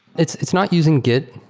it's it's not using git.